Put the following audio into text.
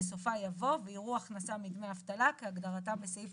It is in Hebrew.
בסופה יבוא "ויראו הכנסה מדמי אבטלה כהגדרתם בסעיף